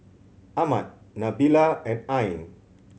Ahmad Nabila and Ain